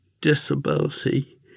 disability